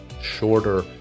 shorter